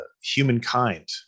Humankind